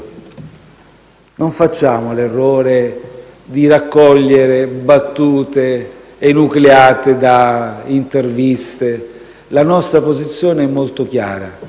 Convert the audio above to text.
Non facciamo l'errore di raccogliere battute enucleate da interviste, la nostra posizione è molto chiara: